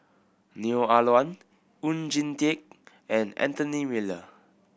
Neo Ah Luan Oon Jin Teik and Anthony Miller